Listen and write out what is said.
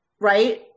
right